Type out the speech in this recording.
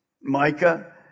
Micah